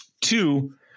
Two